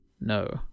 no